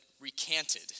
recanted